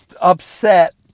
upset